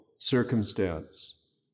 Circumstance